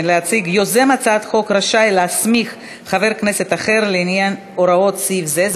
יוזם הצעת חוק רשאי להסמיך חבר כנסת אחר לעניין הוראות סעיף זה,